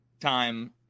time